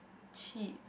cheat